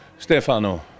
Stefano